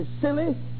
silly